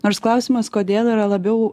nors klausimas kodėl yra labiau